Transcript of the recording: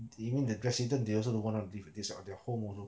even the president they also don't want to leave this is their home also